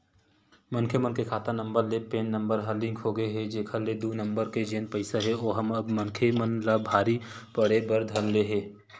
मनखे मन के खाता नंबर ले पेन नंबर ह लिंक होगे हे जेखर ले दू नंबर के जेन पइसा हे ओहा अब मनखे मन ला भारी पड़े बर धर ले हे